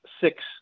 six